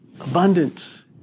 abundant